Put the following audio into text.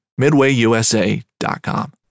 MidwayUSA.com